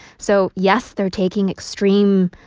so yes, they're taking extreme,